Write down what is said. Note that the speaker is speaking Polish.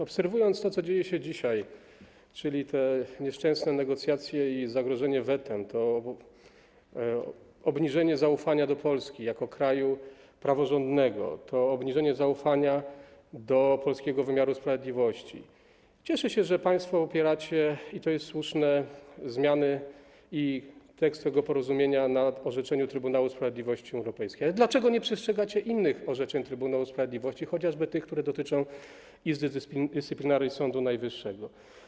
Obserwując to, co dzieje się dzisiaj, czyli te nieszczęsne negocjacje i zagrożenie wetem, to obniżenie zaufania do Polski jako kraju praworządnego, to obniżenie zaufania do polskiego wymiaru sprawiedliwości, cieszę się, że państwo opieracie - i to jest słuszne - zmiany i tekst tego porozumienia na orzeczeniu Trybunału Sprawiedliwości Unii Europejskiej, ale dlaczego nie przestrzegacie innych orzeczeń Trybunału Sprawiedliwości, chociażby tych, które dotyczą Izby Dyscyplinarnej Sądu Najwyższego?